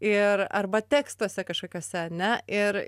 ir arba tekstuose kažkokiose ane ir